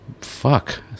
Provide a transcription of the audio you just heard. fuck